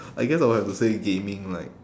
I guess I would have to say gaming like